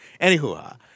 Anywho